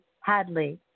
Hadley